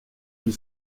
une